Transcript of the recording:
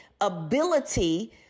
ability